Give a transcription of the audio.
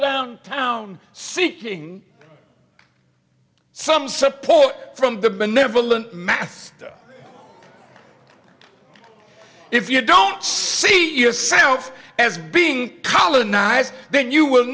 down town seeking some support from the benevolent master if you don't see yourself as being colonized then you will